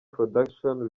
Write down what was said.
production